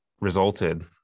resulted